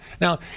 Now